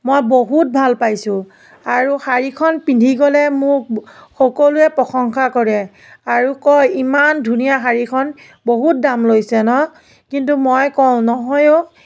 মই বহুত ভাল পাইছোঁ আৰু শাড়ীখন পিন্ধি গ'লে মোক সকলোৱে প্ৰশংসা কৰে আৰু কয় ইমান ধুনীয়া শাড়ীখন বহুত দাম লৈছে ন কিন্তু মই কওঁ নহয় অ'